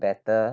better